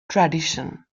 tradition